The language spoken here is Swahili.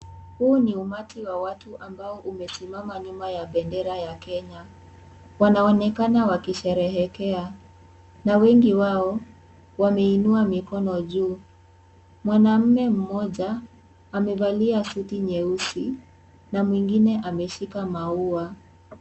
Huu ni umati wa watu ambao umesimama nyuma ya bendera ya Kenya. Wanaonekana wakisherehekea na wengi wao, wameinua mikono juu. Mwanaume mmoja amevalia suti nyeusi, na mwingine ameshika maua.